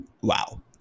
wow